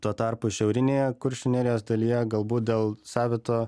tuo tarpu šiaurinėje kuršių nerijos dalyje galbūt dėl savito